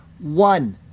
one